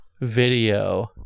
video